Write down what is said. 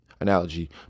analogy